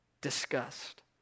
Disgust